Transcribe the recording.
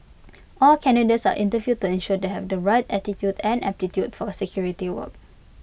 all candidates are interviewed to ensure they have the right attitude and aptitude for security work